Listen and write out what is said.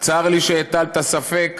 צר לי שהטלת ספק